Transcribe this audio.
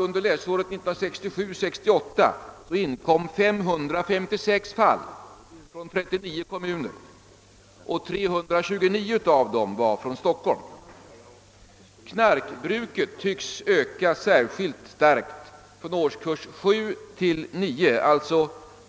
Under läsåret 1967/68 anmäldes 556 fall från 39 kommuner, och av dem kom 329 från Stockholm. Knarkbruket tycks öka särskilt starkt från årskurs 7 till 9, alltså